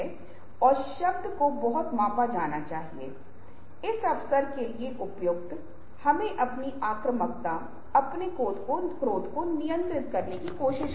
कुछ चिंताएँ हैं यदि आप समय प्रबंधन मैट्रिक्स में देखते हैं तो आपको यह देखना होगा कि क्या जरूरी और महत्वपूर्ण है जिसे सबसे पहले लिया जाना चाहिए वह है संकट दबाव वाली समस्याएँ मृत लाइन संचालित परियोजनाएं बैठक और तैयारी